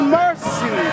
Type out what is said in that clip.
mercy